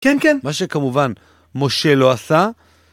כן כן, מה שכמובן משה לא עשה